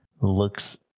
looks